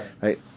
Right